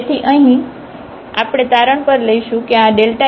તેથી અહીંથી આપણે તારણ પર લઈશું કે આf 0 જો r 0 છે